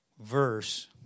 verse